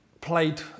played